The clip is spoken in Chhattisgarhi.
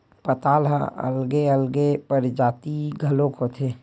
पताल ह अलगे अलगे परजाति घलोक होथे